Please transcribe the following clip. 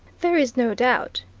there is no doubt,